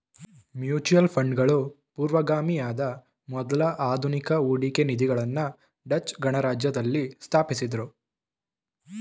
mutual ಫಂಡ್ಗಳು ಪೂರ್ವಗಾಮಿಯಾದ ಮೊದ್ಲ ಆಧುನಿಕ ಹೂಡಿಕೆ ನಿಧಿಗಳನ್ನ ಡಚ್ ಗಣರಾಜ್ಯದಲ್ಲಿ ಸ್ಥಾಪಿಸಿದ್ದ್ರು